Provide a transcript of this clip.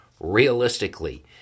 realistically